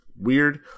weird